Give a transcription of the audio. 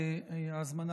הזו,